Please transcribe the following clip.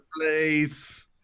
place